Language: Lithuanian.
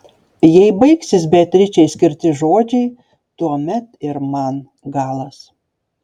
jei baigsis beatričei skirti žodžiai tuomet ir man galas